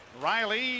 Riley